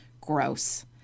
gross